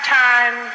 time